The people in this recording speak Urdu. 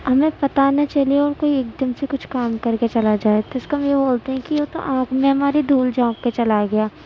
ہمیں پتہ نہ چلے اور کوئی ایک دم سے کچھ کام کر کے چلا جائے تو اس کو ہم یہ بولتے ہیں کہ وہ تو آنکھ میں ہماری دھول جھونک کے چلا گیا